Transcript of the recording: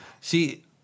See